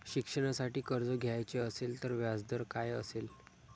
शिक्षणासाठी कर्ज घ्यायचे असेल तर व्याजदर काय असेल?